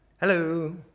Hello